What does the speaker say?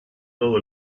todo